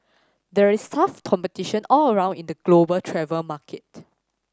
there is tough competition all around in the global travel market